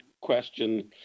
question